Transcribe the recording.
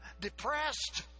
depressed